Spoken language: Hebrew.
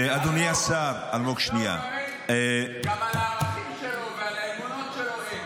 אלמוג, אין גם על הערכים שלו והאמונות שלו.